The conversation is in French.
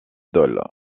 dole